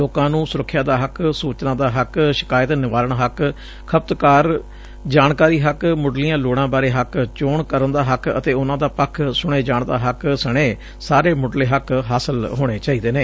ਲੋਕਾਂ ਨੂੰ ਸੁਰੱਖਿਆ ਦਾ ਹੱਕ ਸੁਚਨਾ ਦਾ ਹੱਕ ਸ਼ਿਕਾਇਤ ਨਿਵਾਰਣ ਹੱਕ ਖਪਤਕਾਰ ਜਾਣਕਾਰੀ ਹੱਕ ਮੁੱਢਲੀਆਂ ਲੋਤਾਂ ਬਾਰੇ ਹੱਕ ਚੋਣ ਕਰਨ ਦਾ ਹੱਕ ਅਤੇ ਉਨਾਂ ਦਾ ਪੱਖ ਸੁਣੇ ਜਾਣ ਦਾ ਹੱਕ ਸਣੇ ਸਾਰੇ ਮੁਢਲੇ ਹੱਕ ਹਾਸਲ ਹੋਣੇ ਚਾਹੀਦੇ ਨੇ